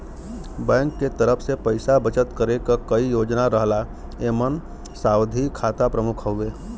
bank के तरफ से पइसा बचत करे क कई योजना रहला एमन सावधि खाता प्रमुख हउवे